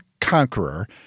conqueror